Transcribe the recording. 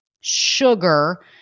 sugar